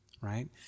right